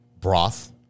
broth